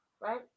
right